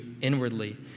inwardly